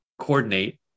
coordinate